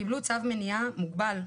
קיבלו צו מניעה מוגבל,